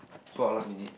book out last minute